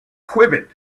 quivered